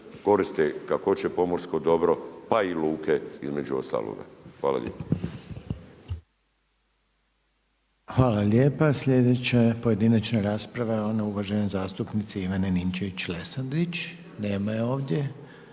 koriste kako hoće pomorsko dobro pa i luke između ostaloga. Hvala lijepa.